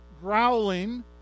growling